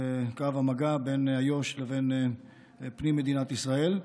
קו המגע בין איו"ש לבין פנים מדינת ישראל,